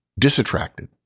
disattracted